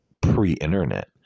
pre-internet